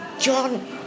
John